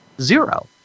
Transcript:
Zero